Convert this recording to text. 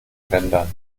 rendern